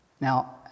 Now